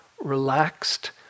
relaxed